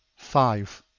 five.